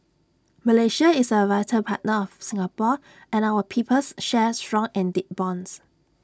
Malaysia is A vital partner of Singapore and our peoples share strong and deep bonds